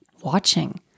watching